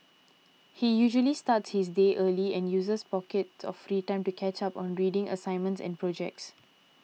he usually starts his day early and uses pockets of free time to catch up on reading assignments and projects